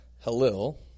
Halil